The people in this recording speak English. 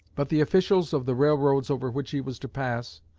but the officials of the railroads over which he was to pass,